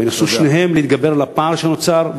וינסו שניהם להתגבר על הפער שנוצר,